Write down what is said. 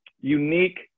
unique